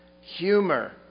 humor